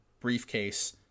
briefcase